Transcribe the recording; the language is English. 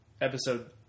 Episode